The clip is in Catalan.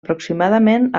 aproximadament